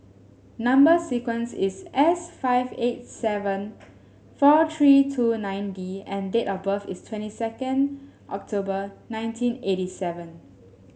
number sequence is S five eight seven four three two nine D and date of birth is twenty second October nineteen eighty seven